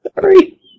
Sorry